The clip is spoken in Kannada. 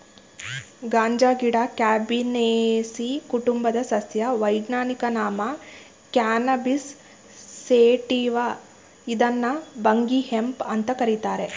ಗಾಂಜಾಗಿಡ ಕ್ಯಾನಬಿನೇಸೀ ಕುಟುಂಬದ ಸಸ್ಯ ವೈಜ್ಞಾನಿಕ ನಾಮ ಕ್ಯಾನಬಿಸ್ ಸೇಟಿವ ಇದ್ನ ಭಂಗಿ ಹೆಂಪ್ ಅಂತ ಕರೀತಾರೆ